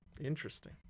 Interesting